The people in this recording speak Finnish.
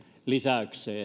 lisäykseen